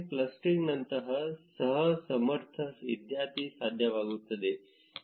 clustering ನಂತಹ ಸಹ ಸಮರ್ಥ ಇತ್ಯಾದಿ ಸಾಧ್ಯವಾಗುತ್ತದೆ